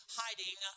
hiding